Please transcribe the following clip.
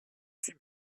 suis